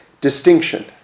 distinction